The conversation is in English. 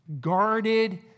guarded